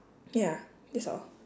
ya that's all